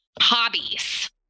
hobbies